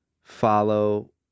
follow